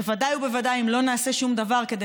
בוודאי ובוודאי אם לא נעשה שום דבר כדי